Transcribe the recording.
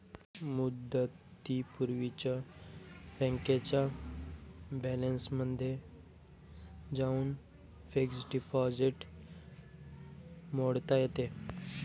मुदतीपूर्वीच बँकेच्या बॅलन्समध्ये जाऊन फिक्स्ड डिपॉझिट मोडता येते